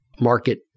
market